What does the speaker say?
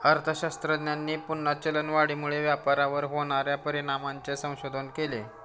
अर्थशास्त्रज्ञांनी पुन्हा चलनवाढीमुळे व्यापारावर होणार्या परिणामांचे संशोधन केले